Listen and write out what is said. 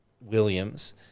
Williams